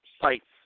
sites